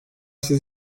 sizi